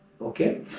Okay